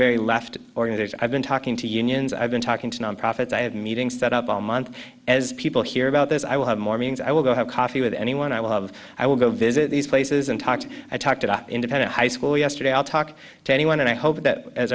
very left organizers i've been talking to unions i've been talking to non profits i have meetings set up all month as people hear about this i will have more means i will go have coffee with anyone i love i will go visit these places and talk to i talk to independent high school yesterday i'll talk to anyone and i hope that as